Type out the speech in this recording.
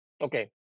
Okay